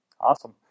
Awesome